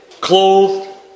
clothed